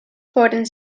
foren